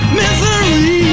misery